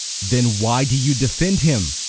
then why do you defend him?